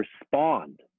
respond